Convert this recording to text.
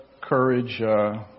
courage